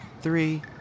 three